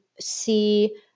see